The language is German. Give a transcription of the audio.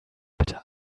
bitte